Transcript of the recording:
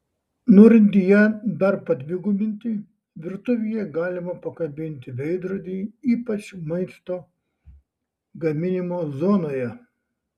norint ją dar padvigubinti virtuvėje galima pakabinti veidrodį ypač maisto gaminimo zonoje